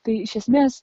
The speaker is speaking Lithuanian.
tai iš esmės